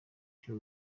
cyo